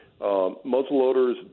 muzzleloaders